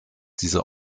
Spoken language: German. diese